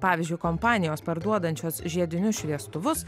pavyzdžiui kompanijos parduodančios žiedinius šviestuvus